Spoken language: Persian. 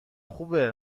خوبه